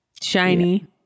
shiny